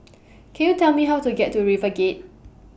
Can YOU Tell Me How to get to RiverGate